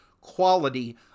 quality